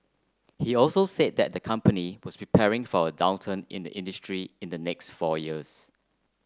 he also said that the company was preparing for a downturn in the industry in the next four years